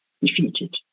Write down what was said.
defeated